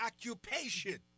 occupation